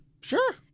Sure